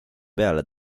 peale